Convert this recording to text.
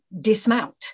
dismount